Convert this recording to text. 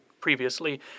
previously